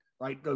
right